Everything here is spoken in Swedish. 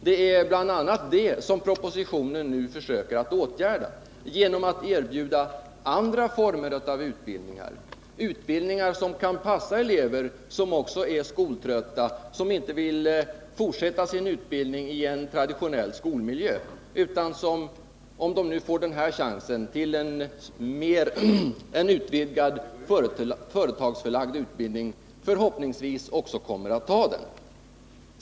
Det är bl.a. det propositionen syftar till att åtgärda genom att erbjuda andra former av utbildningar, utbildningar som kan passa elever som också är skoltrötta och som inte vill fortsätta sin utbildning i en traditionell skolmiljö utan som, om de får den här chansen till utvidgad företagsförlagd utbildning, förhoppningsvis också kommer att ta den.